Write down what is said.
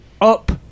up